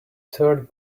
third